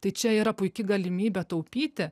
tai čia yra puiki galimybė taupyti